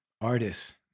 artists